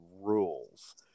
rules